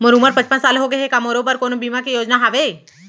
मोर उमर पचपन साल होगे हे, का मोरो बर कोनो बीमा के योजना हावे?